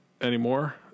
anymore